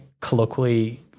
colloquially